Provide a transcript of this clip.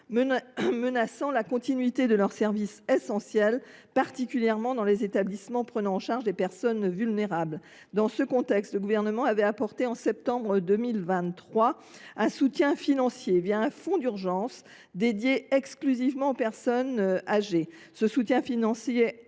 menacent la continuité de leurs services essentiels, particulièrement dans les établissements prenant en charge des personnes vulnérables. Dans ce contexte, le Gouvernement a apporté au mois de septembre 2023 un soutien financier un fonds d’urgence dédié exclusivement au secteur des personnes âgées. Ce soutien financier a